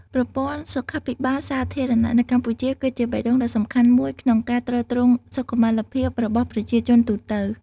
ប្រព័ន្ធសុខាភិបាលសាធារណៈនៅកម្ពុជា គឺជាបេះដូងដ៏សំខាន់មួយក្នុងការទ្រទ្រង់សុខុមាលភាពរបស់ប្រជាជនទូទៅ។